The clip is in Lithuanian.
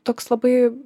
toks labai